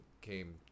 came